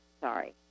sorry